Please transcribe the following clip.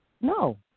No